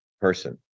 person